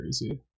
crazy